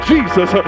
Jesus